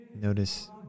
Notice